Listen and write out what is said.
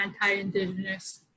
anti-Indigenous